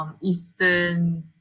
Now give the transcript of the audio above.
Eastern